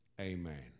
amen